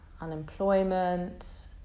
Unemployment